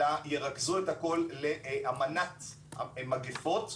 ירכזו את הכל לאמנת מגיפות,